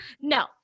No